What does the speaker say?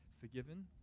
forgiven